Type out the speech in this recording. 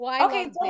Okay